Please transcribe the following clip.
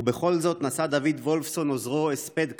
ובכל זאת נשא דוד וולפסון עוזרו הספד קצר.